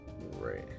Right